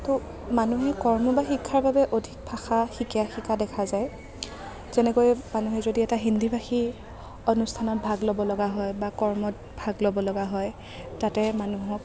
ত' মানুহে কৰ্ম বা শিক্ষাৰ বাবে অধিক ভাষা শিকে শিকা দেখা যায় যেনেকৈ মানুহে যদি এটা হিন্দী ভাষী অনুষ্ঠানত ভাগ ল'ব লগা হয় বা কৰ্মত ভাগ ল'ব লগা হয় তাতে মানুহক